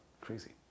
Crazy